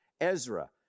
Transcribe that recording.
Ezra